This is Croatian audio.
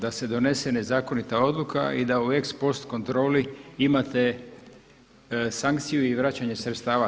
Da se donese nezakonita odluka i u da ex post kontroli imate sankciju i vraćanje sredstava.